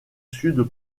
sud